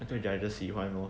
那个 judges 喜欢 lor